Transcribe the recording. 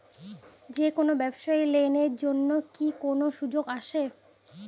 যে কোনো ব্যবসায়ী লোন এর জন্যে কি কোনো সুযোগ আসে?